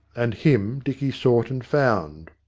and him dicky sought and found.